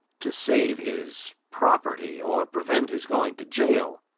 to save his property, or prevent his going to jail,